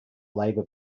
labor